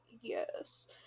yes